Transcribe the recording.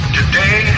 Today